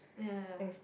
ya ya